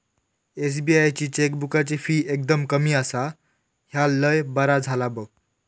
SBI ची चेकबुकाची fee एकदम कमी आसा, ह्या लय बरा झाला बघ